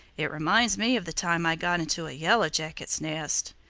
it reminds me of the time i got into a yellow jacket's nest.